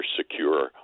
secure